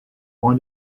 why